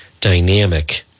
dynamic